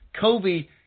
Kobe